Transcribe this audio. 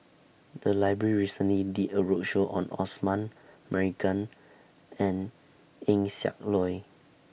The Library recently did A roadshow on Osman Merican and Eng Siak Loy